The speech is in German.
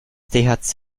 thc